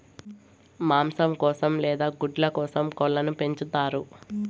మాంసం కోసం లేదా గుడ్ల కోసం కోళ్ళను పెంచుతారు